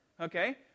okay